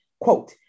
Quote